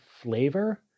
flavor